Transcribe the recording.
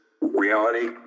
reality